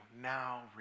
Now